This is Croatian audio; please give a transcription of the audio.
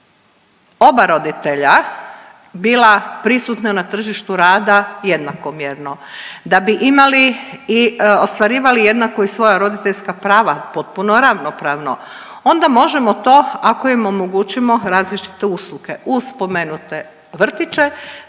oba roditelja bila prisutna na tržištu rada jednakomjerno, da bi imali i ostvarivali jednako i svoja roditeljska prava potpuno ravnopravno onda možemo to ako im omogućimo različite usluge uz spomenute vrtiće,